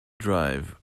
drive